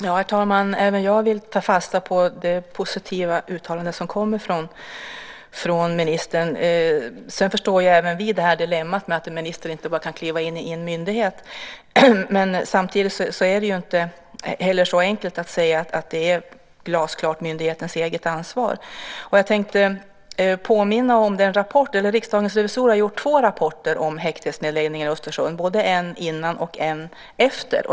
Herr talman! Även jag vill ta fasta på det positiva uttalande som kommer från ministern. Även vi förstår dilemmat, att ministern inte bara kan kliva in i en myndighet. Samtidigt är det inte så enkelt som att man kan säga att det glasklart är myndighetens eget ansvar. Riksdagens revisorer har gjort två rapporter om häktesnedläggningen i Östersund, en innan och en efter.